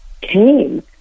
came